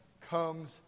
comes